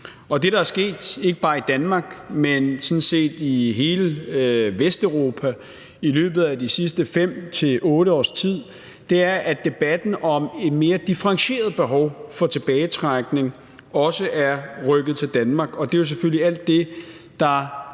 Det, der er sket – ikke bare i Danmark, men sådan set i hele Vesteuropa i løbet af de seneste 5-8 års tid – er, at debatten om et mere differentieret behov for tilbagetrækning også er rykket til Danmark,